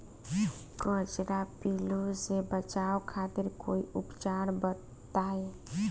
कजरा पिल्लू से बचाव खातिर कोई उपचार बताई?